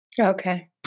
Okay